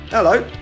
Hello